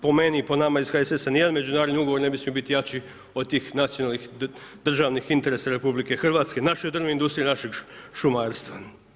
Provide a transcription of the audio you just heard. Po meni i po nama iz HSS-a ni jedan međunarodni ugovor ne bi smio biti jači od tih nacionalnih državnih interesa RH, naše drvne industrije, našeg šumarstva.